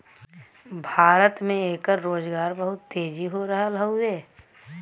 भारत में एकर रोजगार बहुत तेजी हो रहल हउवे